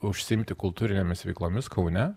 užsiimti kultūrinėmis veiklomis kaune